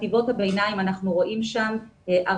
בחטיבות הביניים אנחנו רואים הרבה